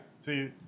See